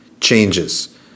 changes